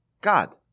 God